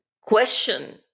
question